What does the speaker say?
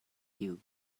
kiu